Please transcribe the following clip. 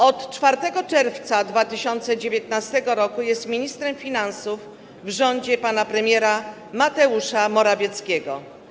Od 4 czerwca 2019 r. jest ministrem finansów w rządzie pana premiera Mateusza Morawieckiego.